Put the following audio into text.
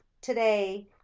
today